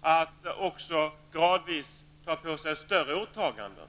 att gradvis göra större åtaganden.